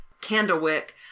Candlewick